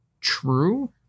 true